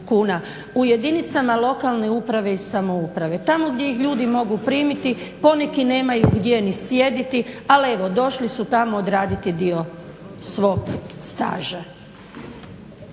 kuna? U jedinicama lokalne uprave i samouprave. Tamo gdje ih ljudi mogu primiti. Poneki nemaju gdje ni sjediti, ali evo došli su tamo odraditi dio svog staža.